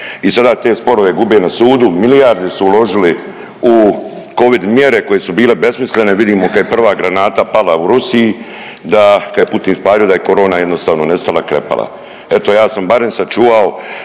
i sada te sporove gube na sudu, milijarde su uložili u Covid mjere koje su bile besmislene. Vidimo kad je prva granata pala u Rusiji da, kad je Putin ispalio, da je korona jednostavno nestala, krepala. Eto ja sam barem sačuvao